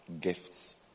gifts